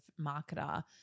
marketer